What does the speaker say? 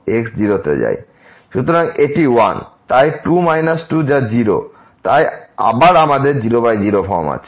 সুতরাং এটি 1 তাই 2 2 যা 0 তাই আবার আমাদের 00 ফর্ম আছে